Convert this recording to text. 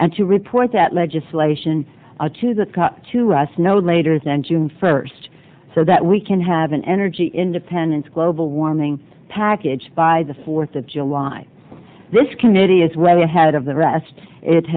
and to report that legislation to that to us no later than june first so that we can have an energy independence global warming package by the fourth of july this committee is way ahead of the rest